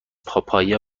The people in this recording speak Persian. پاپایا